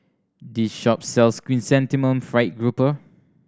this shop sells Chrysanthemum Fried Grouper